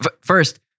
First